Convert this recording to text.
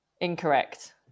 incorrect